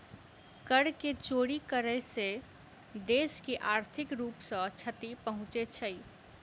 कर के चोरी करै सॅ देश के आर्थिक रूप सॅ क्षति पहुँचे छै